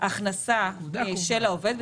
בהכנסה של העובד,